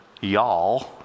y'all